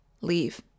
leave